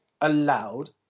allowed